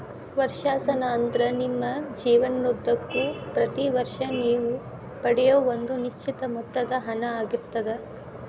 ವರ್ಷಾಶನ ಅಂದ್ರ ನಿಮ್ಮ ಜೇವನದುದ್ದಕ್ಕೂ ಪ್ರತಿ ವರ್ಷ ನೇವು ಪಡೆಯೂ ಒಂದ ನಿಶ್ಚಿತ ಮೊತ್ತದ ಹಣ ಆಗಿರ್ತದ